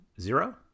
zero